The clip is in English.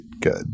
good